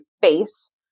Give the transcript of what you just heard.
face